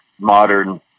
modern